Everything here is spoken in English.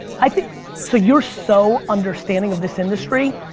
i mean so you're so understanding of this industry,